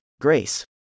Grace